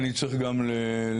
אני צריך גם להסביר,